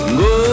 go